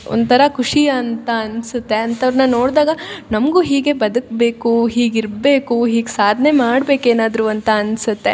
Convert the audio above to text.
ಒಂಥರ ಖುಷಿ ಅಂತ ಅನ್ಸುತ್ತೆ ಅಂಥವ್ರನ್ನ ನೋಡ್ದಾಗ ನಮಗು ಹೀಗೆ ಬದುಕ್ಬೇಕು ಹೀಗೆ ಇರಬೇಕು ಹೀಗೆ ಸಾಧನೆ ಮಾಡ್ಬೇಕು ಏನಾದ್ರೂ ಅಂತ ಅನ್ಸುತ್ತೆ